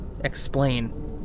explain